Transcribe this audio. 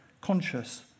conscious